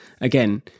again